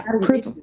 proof